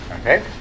Okay